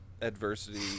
adversity